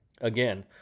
Again